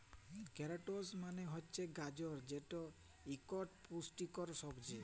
carrots মালে হছে গাজর যেট ইকট পুষ্টিকর সবজি